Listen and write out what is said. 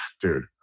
Dude